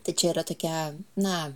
tai čia yra tokia na